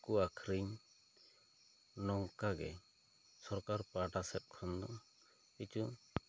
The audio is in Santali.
ᱩᱱᱠᱩ ᱟᱹᱠᱷᱨᱤᱧ ᱱᱚᱝᱠᱟ ᱜᱮ ᱥᱚᱨᱠᱟᱨ ᱯᱟᱦᱴᱟ ᱥᱮᱫ ᱠᱷᱚᱱ ᱠᱤᱪᱷᱩ